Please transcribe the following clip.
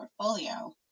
portfolio